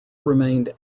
remained